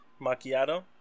Macchiato